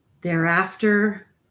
Thereafter